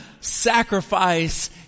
sacrifice